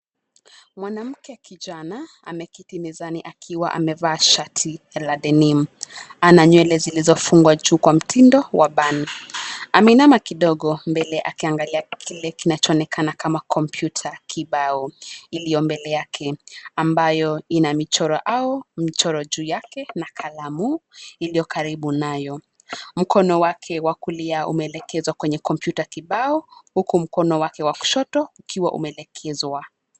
Mwanamke kijana ameketi mezani akiwa amevaa shati la denim , ana nywele zilizofungwa juu kwa mtindo wa bun , ameinama kidogo mbele akiangalia kile kinachoonekana kama kompyuta kibao, iliyo mbele yake, ambayo ina michoro au mchoro juu yake na kalamu, iliyo karibu nayo, mkono wake wa kulia umeelekezwa kwenye kompyuta kibao, huku mkono wake wa kushoto, ukiwa umelegezwa.